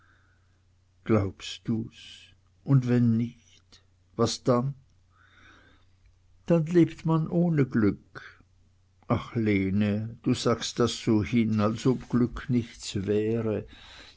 glaubst du's und wenn nicht was dann dann lebt man ohne glück ach lene du sagst das so hin als ob glück nichts wäre